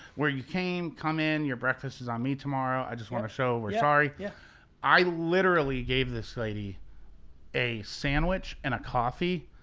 where you came, come in, your breakfast is on me tomorrow, i just want to show we're sorry. yeah i literally gave this lady a sandwich and a coffee,